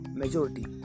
majority।